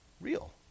real